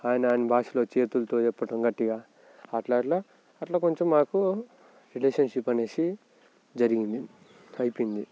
ఆయన ఆయన భాషలో చేతులతో చెప్పటం గట్టిగా అట్లా అట్లా అట్లా కొంచెం మాకు రిలేషన్షిప్ అనేసి జరిగింది అయిపోయింది